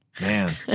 Man